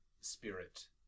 spirit